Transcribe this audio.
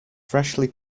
freshly